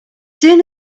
soon